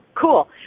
cool